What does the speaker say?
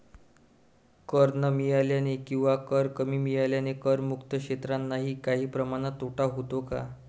कर न मिळाल्याने किंवा कर कमी मिळाल्याने करमुक्त क्षेत्रांनाही काही प्रमाणात तोटा होतो का?